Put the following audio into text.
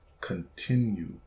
Continue